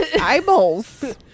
eyeballs